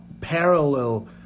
parallel